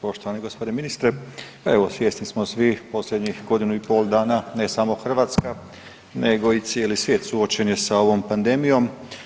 Poštovani gospodine ministre pa evo svjesni smo svi posljednjih godinu i pol dana ne samo Hrvatska, nego i cijeli svijet suočen je sa ovom pandemijom.